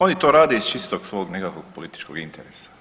Oni to rade iz čistog svog nekakvog političkog interesa.